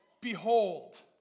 behold